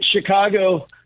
Chicago